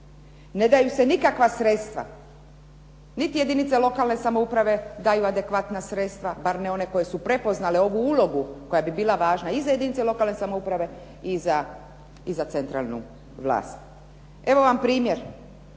Ne daju se nikakva sredstva niti jedinice lokalne samouprave daju adekvatna sredstva bar ne one koje su prepoznale ovu ulogu koja bi bila važna i za jedinice lokalne samouprave i za centralnu vlast. Evo vam primjer.